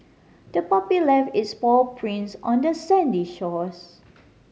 the puppy left its paw prints on the sandy shores